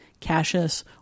Cassius